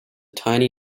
tiny